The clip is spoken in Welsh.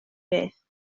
beth